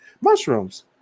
mushrooms